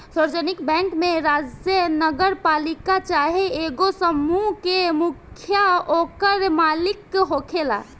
सार्वजानिक बैंक में राज्य, नगरपालिका चाहे एगो समूह के मुखिया ओकर मालिक होखेला